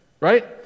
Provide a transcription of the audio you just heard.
right